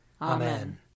Amen